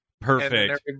perfect